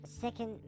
Second